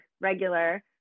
Regular